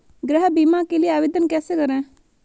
गृह बीमा के लिए आवेदन कैसे करें?